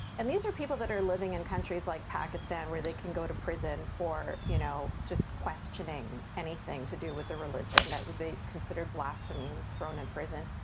and these are people that are living in countries like pakistan, where they can go to prison for you know just questioning anything to do with the religion that would be considered blasphemy, and thrown in prison.